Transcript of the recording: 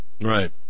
Right